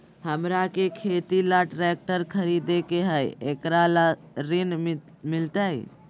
हमरा के खेती ला ट्रैक्टर खरीदे के हई, एकरा ला ऋण मिलतई?